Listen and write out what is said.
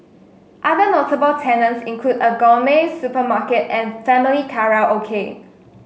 other notable tenants include a gourmet supermarket and family karaoke